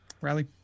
Riley